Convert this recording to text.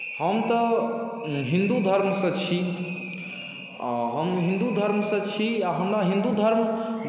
हम तऽ हिंदू धर्मसँ छी आ हम हिंदू धर्मसँ छी आ हमरा हिंदू धर्म